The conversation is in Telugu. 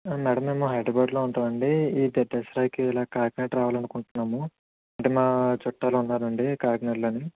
మ్యాడం మేము హైదరాబాదులో ఉంటామండి ఈ దసరాకి ఇలా కాకినాడ రావాలనుకుంటున్నాము అంటే మా చుట్టాలు ఉన్నారండి కాకినాడలోని